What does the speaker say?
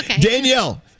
Danielle